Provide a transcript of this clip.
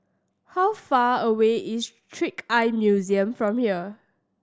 how far away is Trick Eye Museum from here